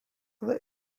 other